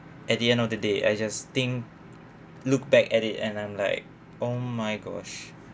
at the end of the day I just think look back at it and I'm like oh my gosh